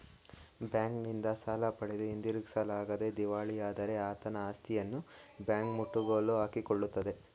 ಬ್ಯಾಂಕಿನಿಂದ ಸಾಲ ಪಡೆದು ಹಿಂದಿರುಗಿಸಲಾಗದೆ ದಿವಾಳಿಯಾದರೆ ಆತನ ಆಸ್ತಿಯನ್ನು ಬ್ಯಾಂಕ್ ಮುಟ್ಟುಗೋಲು ಹಾಕಿಕೊಳ್ಳುತ್ತದೆ